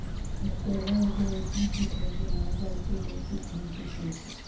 अठगोरबा एगो अइसन किट हइ जे माल जाल के देह से खुन चुस लेइ छइ